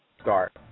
start